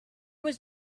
was